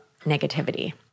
negativity